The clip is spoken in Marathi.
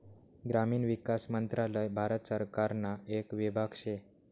ग्रामीण विकास मंत्रालय भारत सरकारना येक विभाग शे